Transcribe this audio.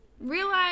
Realize